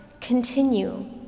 continue